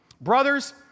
Brothers